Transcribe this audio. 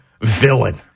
villain